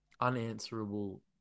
unanswerable